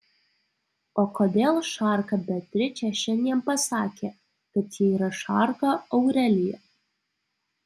o kodėl šarka beatričė šiandien pasakė kad ji yra šarka aurelija